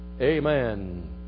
Amen